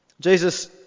Jesus